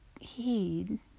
heed